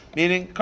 meaning